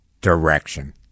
direction